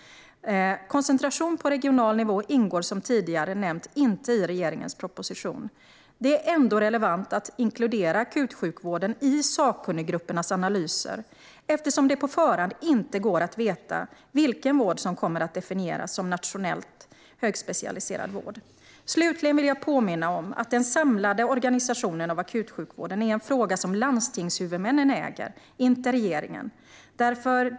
Koncentration på regional nivå ingår som tidigare nämnts inte i regeringens proposition. Det är ändå relevant att inkludera akutsjukvården i sakkunniggruppernas analyser eftersom det på förhand inte går att veta vilken vård som kommer att definieras som nationell högspecialiserad vård. Slutligen vill jag påminna om att den samlade organisationen av akutsjukvården är en fråga som landstingshuvudmännen äger, inte regeringen.